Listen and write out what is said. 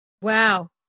Wow